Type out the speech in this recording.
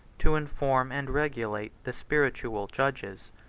to inform and regulate the spiritual judges.